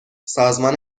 سازمان